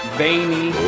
veiny